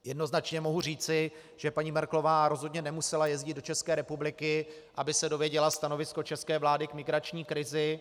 Jednoznačně mohu říci, že paní Merkelová rozhodně nemusela jezdit do České republiky, aby se dozvěděla stanovisko české vlády k migrační krizi.